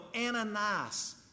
Ananias